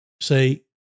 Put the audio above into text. say